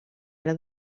era